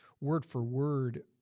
word-for-word